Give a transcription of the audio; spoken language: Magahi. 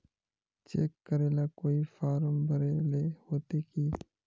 चेक करेला कोई फारम भरेले होते की?